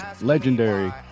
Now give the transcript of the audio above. legendary